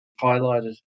highlighted